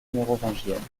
mérovingienne